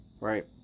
right